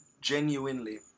genuinely